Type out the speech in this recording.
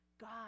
God